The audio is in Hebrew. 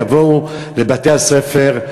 יבואו לבתי-הספר,